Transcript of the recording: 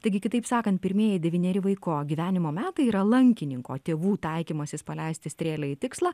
taigi kitaip sakant pirmieji devyneri vaiko gyvenimo metai yra lankininko tėvų taikymasis paleisti strėlę į tikslą